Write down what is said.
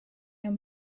and